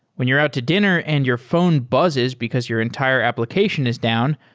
when you're out to dinner and your phone buzzes because your entire application is down,